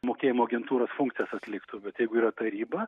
mokėjimo agentūros funkcijas atliktų bet jeigu yra taryba